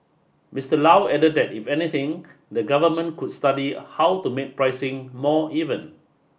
Mister Low added that if anything the government could study how to make pricing more even